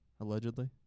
allegedly